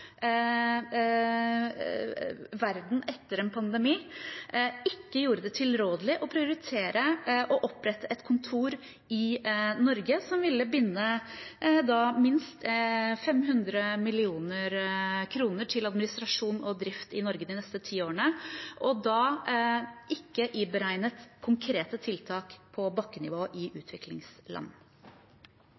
verden etter en pandemi, ikke gjorde det tilrådelig å prioritere å opprette et kontor i Norge, som ville binde minst 500 mill. kr til administrasjon og drift i Norge de neste ti årene, og da ikke iberegnet konkrete tiltak på bakkenivå i utviklingsland.